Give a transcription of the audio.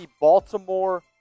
Baltimore